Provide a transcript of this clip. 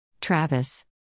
Travis